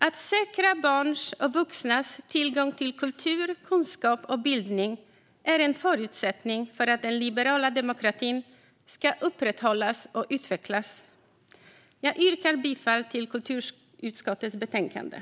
Att säkra barns och vuxnas tillgång till kultur, kunskap och bildning är en förutsättning för att den liberala demokratin ska upprätthållas och utvecklas. Jag yrkar bifall till kulturutskottets förslag i betänkandet.